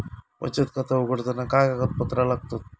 बचत खाता उघडताना काय कागदपत्रा लागतत?